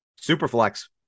Superflex